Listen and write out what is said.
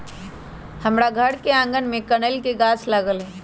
हमर घर के आगना में कनइल के गाछ लागल हइ